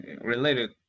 related